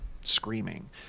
screaming